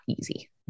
easy